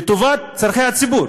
לטובת צורכי הציבור.